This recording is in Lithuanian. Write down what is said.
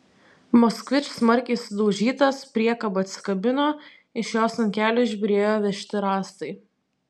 moskvič smarkiai sudaužytas priekaba atsikabino iš jos ant kelio išbyrėjo vežti rąstai